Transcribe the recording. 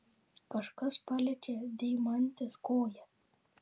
kažkas paliečia deimantės koją